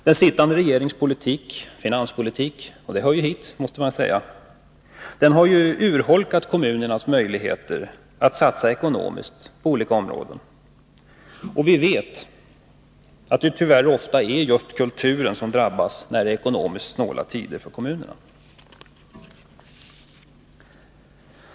Den sittande regeringens finanspolitik — den hör ju hit — har dessutom urholkat kommunernas möjligheter att satsa ekonomiskt på olika områden. Och vi vet att det tyvärr ofta är just kulturen som drabbas när det är ekonomiskt hårda tider för kommunerna.